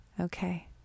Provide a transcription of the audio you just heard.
Okay